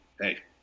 Hey